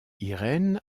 irène